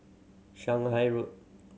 Shanghai Road